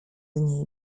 niej